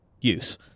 use